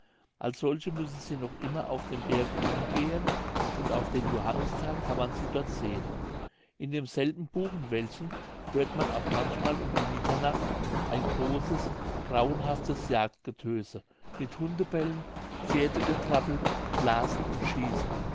als solche müssen sie noch immer auf dem berge umgehen und auf den johannistag kann man sie dort sehen in demselben buchenwäldchen hört man auch manchmal um mitternacht ein großes grauenhaftes jagdgetöse mit hundebellen pferdegetrampel blasen und schießen